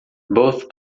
both